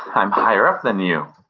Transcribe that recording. i'm higher up than you.